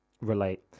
Relate